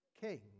king